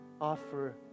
offer